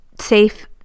safe